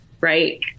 Right